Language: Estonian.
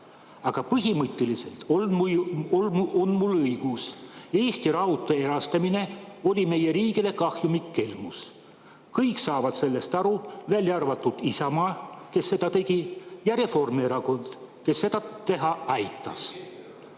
Aga põhimõtteliselt on mul õigus. Eesti Raudtee erastamine oli meie riigile kahjumlik kelmus. Kõik saavad sellest aru, välja arvatud Isamaa, kes seda tegi, ja Reformierakond, kes seda teha aitas. Siit